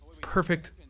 perfect